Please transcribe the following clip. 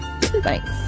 thanks